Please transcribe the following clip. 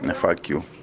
and fuck you.